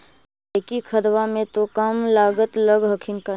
जैकिक खदबा मे तो कम लागत लग हखिन न?